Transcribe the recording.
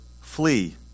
flee